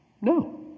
No